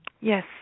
Yes